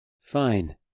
Fine